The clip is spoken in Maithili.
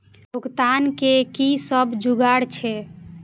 भुगतान के कि सब जुगार छे?